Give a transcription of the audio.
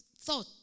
thought